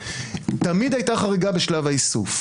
תמיד הייתה חריגה בשלב האיסוף.